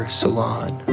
salon